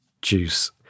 Juice